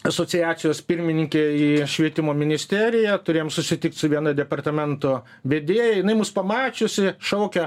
asociacijos pirmininke į švietimo ministeriją turėjom susitikt su viena departamento vedėja jinai mus pamačiusi šaukia